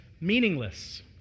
meaningless